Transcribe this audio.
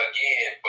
Again